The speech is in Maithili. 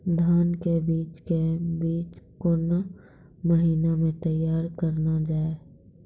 धान के बीज के बीच कौन महीना मैं तैयार करना जाए?